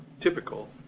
typical